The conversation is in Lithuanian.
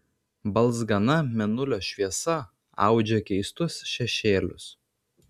balzgana mėnulio šviesa audžia keistus šešėlius